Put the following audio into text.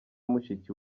mushiki